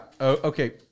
okay